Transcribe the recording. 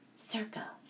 Circa